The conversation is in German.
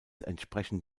entsprechen